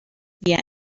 via